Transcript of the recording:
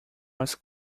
was